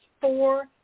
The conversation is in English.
four